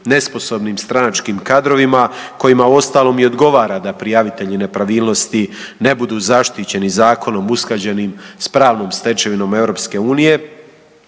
nesposobnim stranačkim kadrovima kojima uostalom i odgovara da prijavitelji nepravilnosti ne budu zaštićeni zakonom usklađenim sa pravnom stečevinom EU.